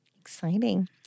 Exciting